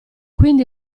quindi